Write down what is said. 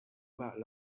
about